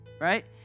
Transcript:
right